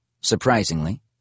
Surprisingly